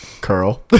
Curl